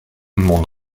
mon